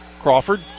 Crawford